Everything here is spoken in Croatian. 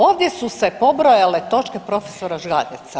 Ovdje su se pobrojale točke prof. Žganeca.